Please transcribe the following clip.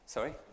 Sorry